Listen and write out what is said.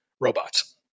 robots